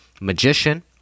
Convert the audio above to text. magician